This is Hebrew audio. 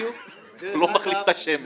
לא מחליף את השמן.